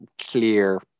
clear